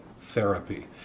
therapy